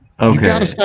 Okay